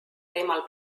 teemal